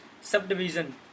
subdivision